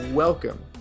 Welcome